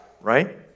Right